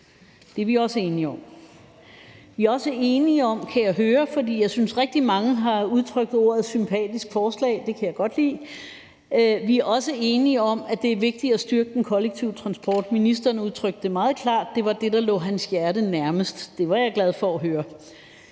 Det er vi også enige om. Vi er også enige om, kan jeg høre – for jeg synes rigtig mange har brugt udtrykket et sympatisk forslag, og det kan jeg godt lide – at det er vigtig at styrke den kollektive transport. Ministeren udtrykte det meget klart, altså at det var det, der lå hans hjerte nærmest. Det var jeg glad for at høre.